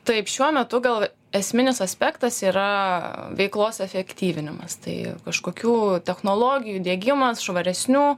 taip šiuo metu gal esminis aspektas yra veiklos efektyvinimas tai kažkokių technologijų diegimas švaresnių